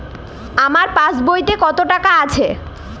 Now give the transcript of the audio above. আমার পাসবইতে কত টাকা আছে?